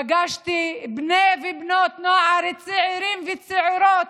פגשתי בני ובנות נוער צעירים וצעירות,